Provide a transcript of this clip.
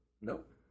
Nope